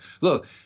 look